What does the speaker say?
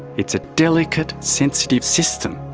it's a delicate, sensitive system,